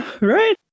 right